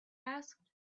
asked